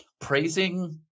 praising